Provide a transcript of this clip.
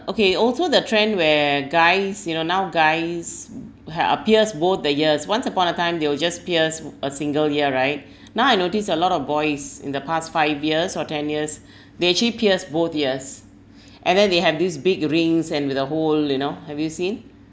okay also the trend where guys you know now guys h~ uh pierce both the ears once upon a time they will just pierce a single ear right now I notice a lot of boys in the past five years or ten years they actually pierce both ears and then they have these big rings and with a hole you know have you seen